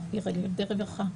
עובדי רווחה?